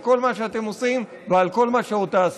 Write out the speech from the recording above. על כל מה שאתם עושים ועל כל מה שעוד תעשו.